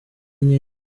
nyinshi